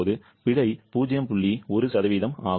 1 ஆகும்